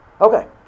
Okay